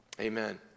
Amen